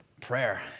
prayer